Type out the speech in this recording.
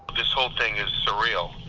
this whole thing is surreal.